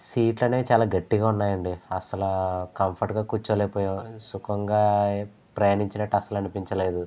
సీట్లనేవి చాలా గట్టిగా ఉన్నాయండి అస్సల కంఫర్ట్ గా కూర్చోలేకపోయాం సుఖంగా ప్రయాణించినట్టు అస్సలు అనిపించలేదు